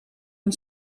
een